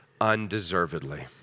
undeservedly